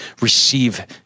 receive